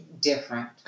different